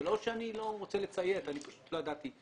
זה לא שאני לא רוצה לציית אלא אני פשוט לא ידעתי על